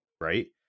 right